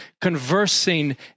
conversing